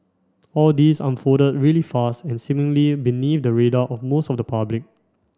all this unfolded really fast and seemingly beneath the radar of most of the public